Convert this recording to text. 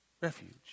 refuge